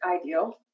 ideal